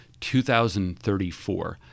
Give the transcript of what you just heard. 2034